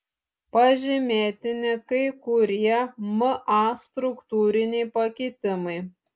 pažymėtini kai kurie ma struktūriniai pakitimai